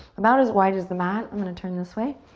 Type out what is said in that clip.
about as wide as the mat. i'm gonna turn this way.